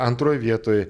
antroj vietoj